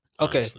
Okay